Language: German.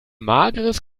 mageres